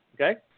okay